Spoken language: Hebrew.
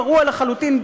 פרוע לחלוטין,